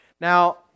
Now